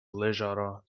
lekrjahre